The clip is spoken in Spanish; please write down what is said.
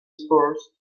spurs